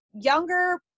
younger